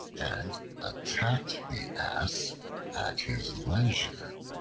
and attacked the ass at his leisure.